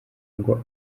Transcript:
ngo